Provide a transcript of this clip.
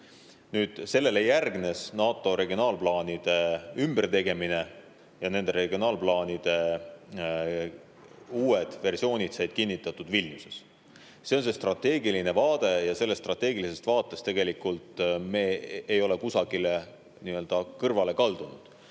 oht. Sellele järgnes NATO regionaalplaanide ümbertegemine. Nende regionaalplaanide uued versioonid said kinnitatud Vilniuses. See on see strateegiline vaade ja sellest strateegilisest vaatest me ei ole kõrvale kaldunud.